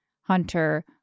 hunter